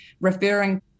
referring